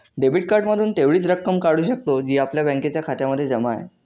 debit card मधून तेवढीच रक्कम काढू शकतो, जी आपल्या बँकेच्या खात्यामध्ये जमा आहे